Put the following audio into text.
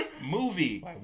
movie